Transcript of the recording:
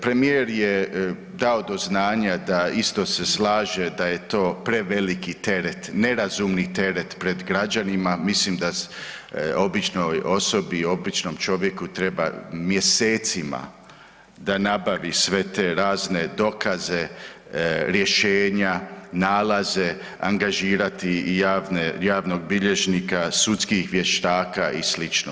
Premijer je dao do znanja da isto se slaže da je to preveliki teret, nerazumni teret pred građanima, mislim da običnoj osobi i običnom čovjeku treba mjesecima da nabavi sve te razne dokaze, rješenja, nalaze, angažirati i javnog bilježnika, sudskih vještaka i sl.